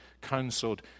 counseled